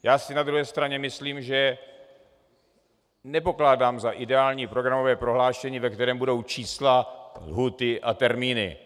Já si na druhé straně myslím, že nepokládám za ideální programové prohlášení, ve kterém budou čísla, lhůty a termíny.